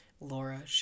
Laura